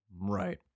right